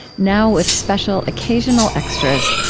now with special occasional extras,